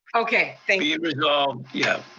okay, thank you. be resolved, yeah.